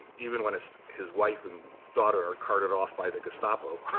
even when his wife and daughter are carted off by the gestapo